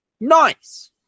Nice